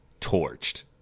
torched